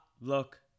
look